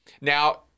now